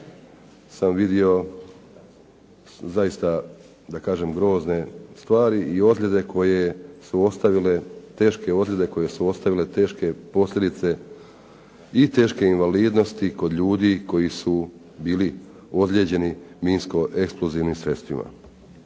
sam vidio grozne stvari i ozljede koje su ostavile teške posljedice i teške invalidnosti kod ljudi koji su bili ozlijeđeni minsko-eksplozivnim sredstvima.